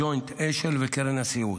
ג'וינט-אשל וקרן הסיעוד.